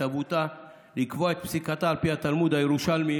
התהוותה לקבוע את פסיקתה על פי התלמוד הירושלמי,